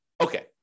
Okay